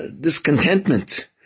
discontentment